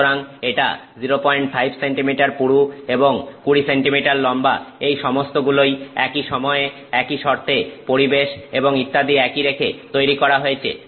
সুতরাং এটা 05 সেন্টিমিটার পুরু এবং 20 সেন্টিমিটার লম্বা এই সমস্তগুলোই একই সময়ে একই শর্তে পরিবেশ এবং ইত্যাদি একই রেখে তৈরি করা হয়েছে